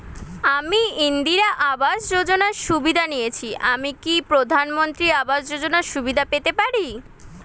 আমি ইন্দিরা আবাস যোজনার সুবিধা নেয়েছি আমি কি প্রধানমন্ত্রী আবাস যোজনা সুবিধা পেতে পারি?